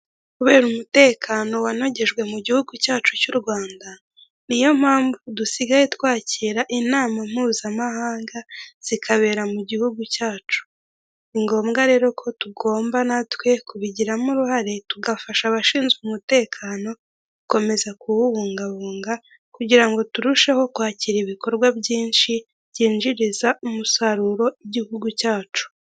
Kubera umutekano wanogejwe mu gihugu cyacu cy'u Rwanda, ni yo mpamvu dusigaye twakira inama mpuzamahanga, zikabera mu gihugu cyacu. Ni ngombwa rero ko tugomba natwe kubigiramo uruhare tugafasha abashinzwe umutekano gukomeza kuwubungabunga, kugira ngo turusheho kwakira ibikorwa byinshi, byinjiriza umusaruro igihugu cyacu.